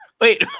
Wait